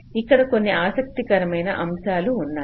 ఇక్కడ కొన్ని ఆసక్తికరమైన అంశాలు ఉన్నాయి